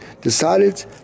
decided